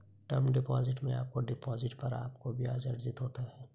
term deposit में आपके deposit पर आपको ब्याज़ अर्जित होता है